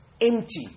empty